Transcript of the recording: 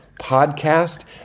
podcast